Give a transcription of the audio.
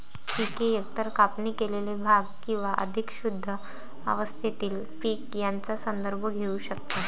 पिके एकतर कापणी केलेले भाग किंवा अधिक शुद्ध अवस्थेतील पीक यांचा संदर्भ घेऊ शकतात